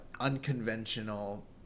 unconventional